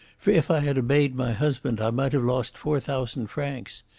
for if i had obeyed my husband i might have lost four thousand francs.